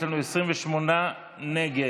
יש לנו 28 נגד.